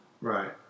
Right